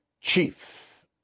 chief